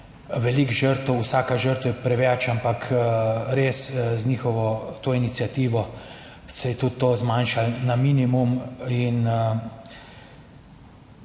veliko žrtev. Vsaka žrtev je preveč, ampak res z njihovo to iniciativo se je tudi to zmanjšalo na minimum.